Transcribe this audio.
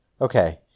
Okay